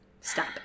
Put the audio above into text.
stop